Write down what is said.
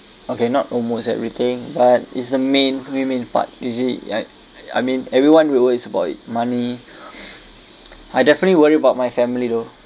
okay not almost everything but it's the main main part usually I I mean everyone worries about it money I definitely worry about my family though